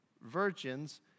virgins